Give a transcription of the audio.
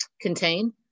contain